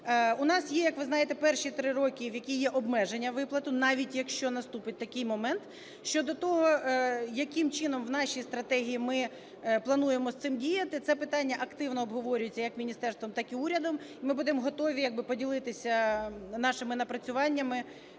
У нас є, як ви визнаєте, перші 3 роки, в які є обмеження виплат. Навіть, якщо наступить такий момент щодо того, яким чином в нашій стратегії ми плануємо з цим діяти, це питання активно обговорюється як міністерством, так і урядом. Ми будемо готові як би поділитися нашими напрацюваннями,